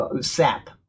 sap